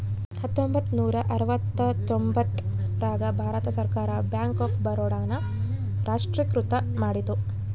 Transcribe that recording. ಹತ್ತೊಂಬತ್ತ ನೂರ ಅರವತ್ತರ್ತೊಂಬತ್ತ್ ರಾಗ ಭಾರತ ಸರ್ಕಾರ ಬ್ಯಾಂಕ್ ಆಫ್ ಬರೋಡ ನ ರಾಷ್ಟ್ರೀಕೃತ ಮಾಡಿತು